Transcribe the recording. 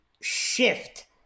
shift